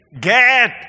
get